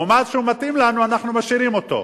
מועמד שהוא מתאים לנו, אנחנו משאירים אותו.